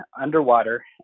underwater